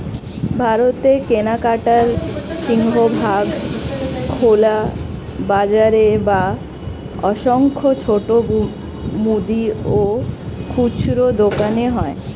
ভারতে কেনাকাটার সিংহভাগ খোলা বাজারে বা অসংখ্য ছোট মুদি ও খুচরো দোকানে হয়